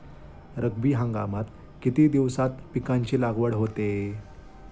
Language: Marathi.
रब्बी हंगामात किती दिवसांत पिकांची लागवड होते?